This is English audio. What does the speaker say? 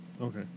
Okay